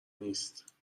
نیست